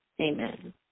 amen